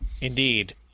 Indeed